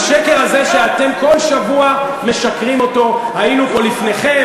השקר הזה שאתם כל שבוע משקרים אותו: היינו פה לפניכם.